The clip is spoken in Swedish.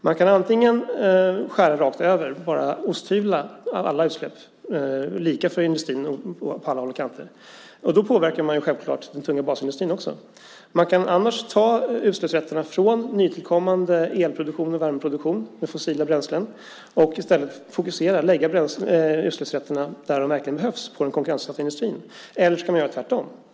Man kan antingen skära rakt över, osthyvla alla utsläpp, lika för industrin och på alla håll och kanter. Då påverkar man självklart också den tunga basindustrin. Man kan annars ta utsläppsrätterna från nytillkommande elproduktion och värmeproduktion med fossila bränslen och i stället lägga utsläppsrätterna där de verkligen behövs, det vill säga den konkurrensutsatta industrin. Eller så kan man göra tvärtom.